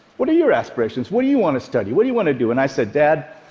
what are your aspirations? what do you want to study? what do you want to do? and i said, dad,